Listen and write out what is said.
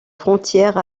frontière